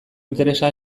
interesa